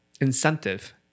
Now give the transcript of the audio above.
incentive